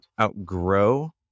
outgrow